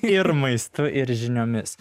ir maistu ir žiniomis